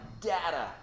data